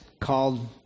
called